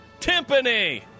timpani